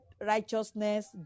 righteousness